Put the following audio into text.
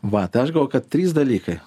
vat aš galvoju kad trys dalykai